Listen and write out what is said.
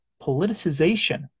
politicization